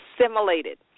assimilated